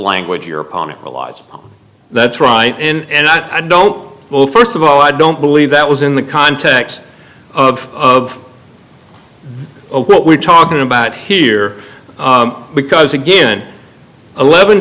language your opponent allies that's right and i don't well first of all i don't believe that was in the context of what we're talking about here because again eleven